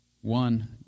One